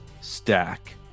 stack